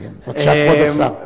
בבקשה, כבוד השר.